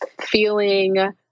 feeling